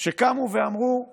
שקמו ואמרו